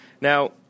Now